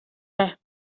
res